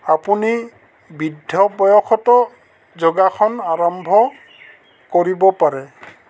আপুনি বৃদ্ধ বয়সতো যোগাসন আৰম্ভ কৰিব পাৰে